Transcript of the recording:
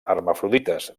hermafrodites